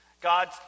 God